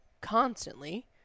constantly